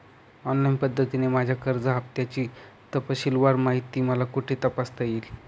Online पद्धतीने माझ्या कर्ज हफ्त्याची तपशीलवार माहिती मला कुठे तपासता येईल?